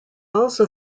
also